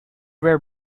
rare